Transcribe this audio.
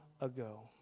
ago